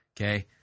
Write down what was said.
okay